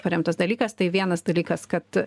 paremtas dalykas tai vienas dalykas kad